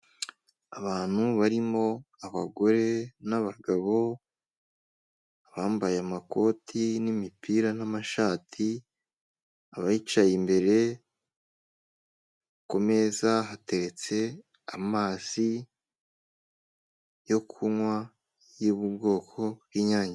Abantu barimo abagore n'abagabo ambaye amakoti n'imipira n'amashati, abiyicaye imbere, ku meza hateretse amazi yo kunywa yo mu bwoko bw'Inyange.